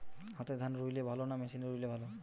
হাতে ধান রুইলে ভালো না মেশিনে রুইলে ভালো?